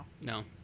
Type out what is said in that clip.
No